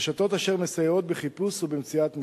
רשתות אשר מסייעות בחיפוש ומציאת משרות.